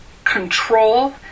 control